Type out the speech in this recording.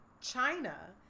China